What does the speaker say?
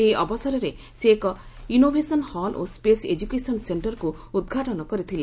ଏହି ଅବସରରେ ସେ ଏକ ଇନୋଭେସନ ହଲ ଓ ସ୍ୱେସ ଏଜ୍ରକେସନ ସେଣ୍ଟରକ୍ତ ଉଦ୍ଘାଟନ କରିଥିଲେ